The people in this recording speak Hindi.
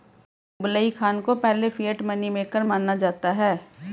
कुबलई खान को पहले फिएट मनी मेकर माना जाता है